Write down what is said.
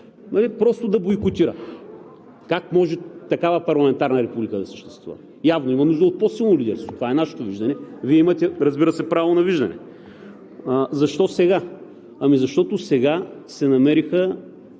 просто да бойкотира? Как може такава парламентарна република да съществува? Явно има нужда от по силно лидерство. Това е нашето виждане. Вие имате, разбира се, право на виждане. Защо сега? Ами защото сега се намериха